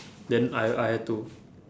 then I I had to